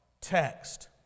text